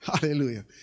Hallelujah